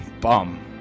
bum